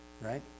right